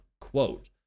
Quote